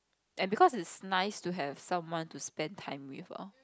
and because it's nice to have someone to spend time with lor